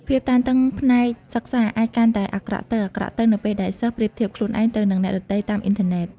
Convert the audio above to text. ភាពតានតឹងផ្នែកសិក្សាអាចកាន់តែអាក្រក់ទៅៗ នៅពេលដែលសិស្សប្រៀបធៀបខ្លួនឯងទៅនឹងអ្នកដទៃតាមអ៊ីនធឺណិត។